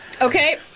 Okay